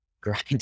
grind